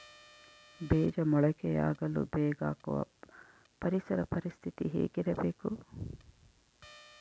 ಬೇಜ ಮೊಳಕೆಯಾಗಲು ಬೇಕಾಗುವ ಪರಿಸರ ಪರಿಸ್ಥಿತಿ ಹೇಗಿರಬೇಕು?